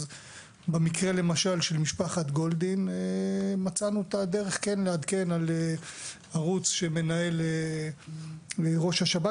אז במקרה של משפחת גולדין כן מצאנו את הדרך לעדכן על ערוץ שמנהל ראש השב"כ